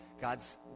God's